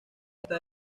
está